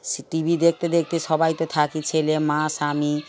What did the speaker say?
সেই T V দেখতে দেখতে সবাই তো থাকি ছেলে মা স্বামী